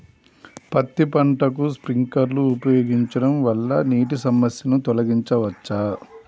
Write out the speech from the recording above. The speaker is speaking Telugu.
పత్తి పంటకు స్ప్రింక్లర్లు ఉపయోగించడం వల్ల నీటి సమస్యను తొలగించవచ్చా?